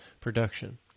production